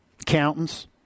Accountants